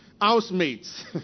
housemates